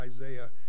Isaiah